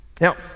Now